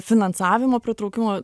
finansavimo pritraukimo